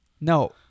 No